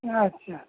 আচ্ছা